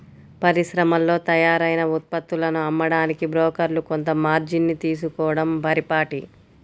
పరిశ్రమల్లో తయారైన ఉత్పత్తులను అమ్మడానికి బ్రోకర్లు కొంత మార్జిన్ ని తీసుకోడం పరిపాటి